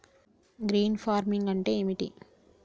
Green farming అంటే ఏమిటి?